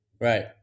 Right